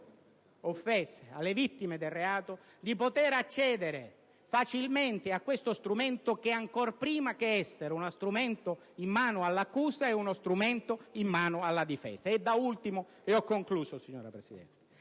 offese, alle vittime del reato, di poter accedere facilmente a questo strumento che, ancor prima che essere uno strumento in mano all'accusa, è uno strumento in mano alla difesa. Da ultimo, l'idea di aver